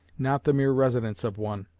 not the mere residence of one,